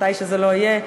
מתי שזה לא יהיה,